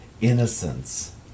innocence